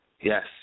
Yes